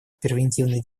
превентивной